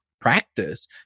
Practice